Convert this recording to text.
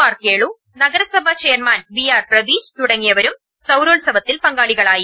R Kelu നഗരസഭ chairman V R Praveej തുടങ്ങിയവരും സൌരോത്സവത്തിൽ പങ്കാളികളായി